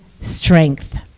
strength